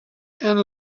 and